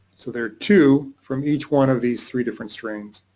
so there are two from each one of these three different strains,